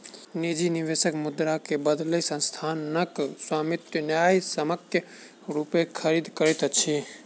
निजी निवेशक मुद्रा के बदले संस्थानक स्वामित्व न्यायसम्यक रूपेँ खरीद करैत अछि